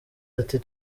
ati